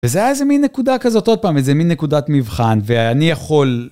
וזה היה איזה מין נקודה כזאת, עוד פעם, איזה מין נקודת מבחן, ואני יכול...